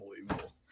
unbelievable